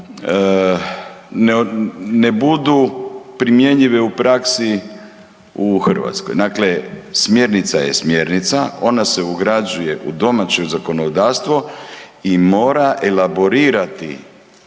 ne budu primjenjive u praksi u Hrvatskoj. Dakle, smjernica je smjernica, ona se ugrađuje u domaće zakonodavstvo i mora elaborirati